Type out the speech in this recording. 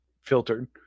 filtered